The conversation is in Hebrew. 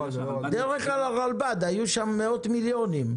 אני יודע שהרלב"ד --- היו שם מאות מיליונים,